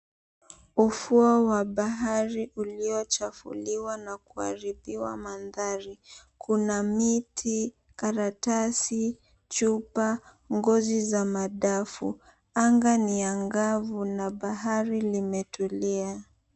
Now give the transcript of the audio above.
Ufuo wa bahari uliochafuliwa na kuharibiwa mandhari. Kuna miti, karatasi, chupa, ngozi za madafu. Anga ni angavu na bahari limetulia.